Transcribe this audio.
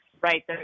Right